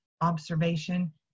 observation